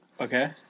Okay